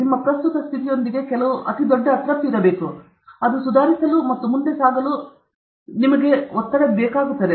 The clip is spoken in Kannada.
ನಿಮ್ಮ ಪ್ರಸ್ತುತ ಸ್ಥಿತಿಯೊಂದಿಗೆ ಕೆಲವು ಅತಿದೊಡ್ಡ ಅತೃಪ್ತಿ ಇರಬೇಕು ಅದು ಸುಧಾರಿಸಲು ಮತ್ತು ಮುಂದೆ ಸಾಗಲು ನಿಮಗೆ ಬೇಕಾಗುತ್ತದೆ